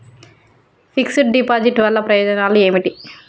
Fix డ్ deposit వల్ల ప్రయోజనాలు ఏమిటి?